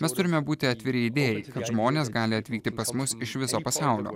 mes turime būti atviri idėjai kad žmonės gali atvykti pas mus iš viso pasaulio